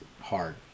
hard